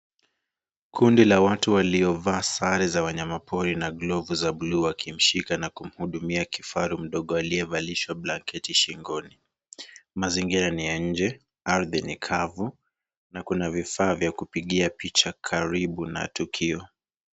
Kundi la watu waliovaa sare za wanyapori na glovu za buluu wakimshika na kumhudumia kifaru mdogo aliyevalishwa blanketi shingoni mazingira ni ya nje ardhi ni kavu na kuna vifaa vya kupigia picha karibu na tukio.